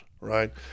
right